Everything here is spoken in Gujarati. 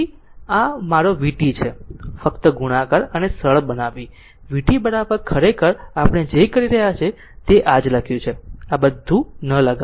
તેથી અથવા vt મારો અર્થ છે ફક્ત ગુણાકાર અને સરળ બનાવવી vt ખરેખર આપણે જે કરી રહ્યા છીએ તે આ જ લખ્યું છે આટલું બધું ન લગાવું